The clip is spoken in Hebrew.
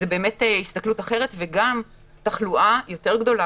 זו באמת הסתכלות אחרת וגם תחלואה יותר גדולה